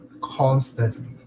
constantly